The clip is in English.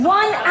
one